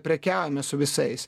prekiaujame su visais